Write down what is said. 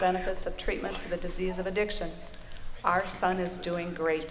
benefits of treatment for the disease of addiction our son is doing great